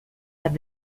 have